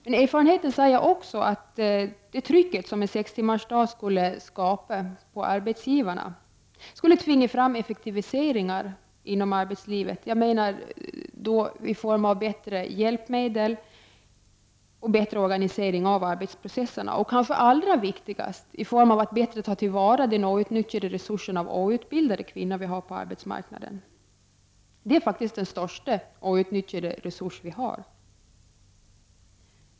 Men erfarenheten säger också att det tryck som en sextimmarsdag skulle skapa på arbetsgivarna, skulle tvinga fram effektiviseringar inom arbetslivet. Jag menar då i form av bättre hjälpmedel och bättre organisering av arbetsprocesserna. Det kanske allra viktigaste är av att bättre kunna ta till vara den outnyttjade resurs som de outbildade kvinnorna utgör på arbetsmarknaden. Den gruppen är faktiskt den största outnyttjade resurs som vi har.